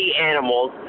animals